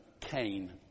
Cain